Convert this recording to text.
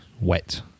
wet